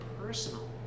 personal